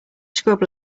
scrub